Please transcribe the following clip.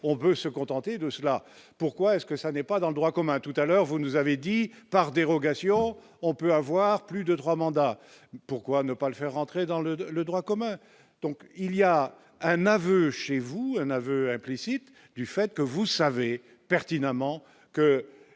on peut se contenter de cela, pourquoi est-ce que ça n'est pas dans le droit commun tout à l'heure, vous nous avez dit par dérogation, on peut avoir plus de 3 mandats, pourquoi ne pas le faire rentrer dans le dans le droit commun, donc il y a un aveu chez vous un aveu implicite du fait que vous savez pertinemment que